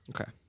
Okay